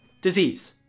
disease